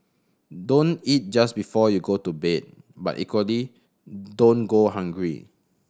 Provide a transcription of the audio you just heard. don't eat just before you go to bed but equally don't go hungry